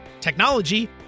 technology